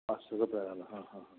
ହେଲା ହଁ ହଁ